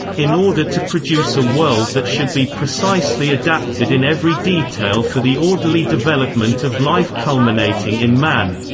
in order to produce a world that should be precisely adapted in every detail for the orderly development of life culminating in man.